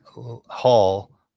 hall